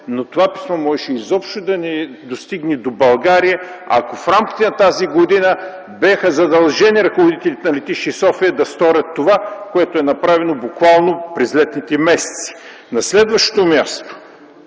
Това писмо можеше изобщо да не стига до България, ако в рамките на тази година бяха задължени ръководителите на летище София да сторят това, което е направено буквално през летните месеци. На следващо място,